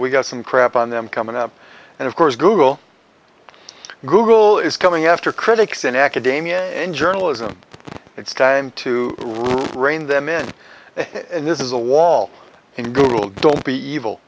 we got some crap on them coming up and of course google google is coming after critics in academia and journalism it's time to rein them in and this is a wall in google do